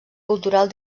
cultural